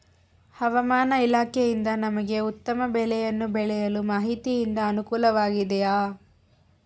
ಹವಮಾನ ಇಲಾಖೆಯಿಂದ ನಮಗೆ ಉತ್ತಮ ಬೆಳೆಯನ್ನು ಬೆಳೆಯಲು ಮಾಹಿತಿಯಿಂದ ಅನುಕೂಲವಾಗಿದೆಯೆ?